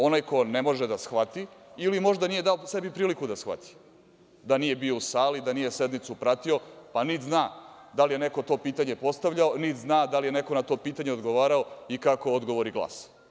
Onaj ko ne može da shvati, ili možda nije dao sebi priliku da shvati, da nije bio u sali, da nije sednicu pratio, pa niti zna da li je neko to pitanje postavljao, niti zna da li je neko na to pitanje odgovarao i kako odgovori glase.